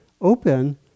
open